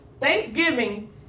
Thanksgiving